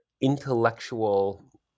intellectual